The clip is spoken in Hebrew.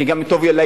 כי זה גם טוב לילד.